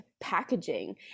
packaging